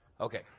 Okay